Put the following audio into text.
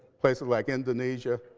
places like indonesia,